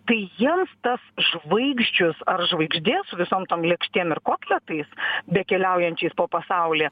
tai jiems tas žvaigždžius ar žvaigždės su visom tom lėkštėm ir kotletais be keliaujančiais po pasaulį